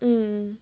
mm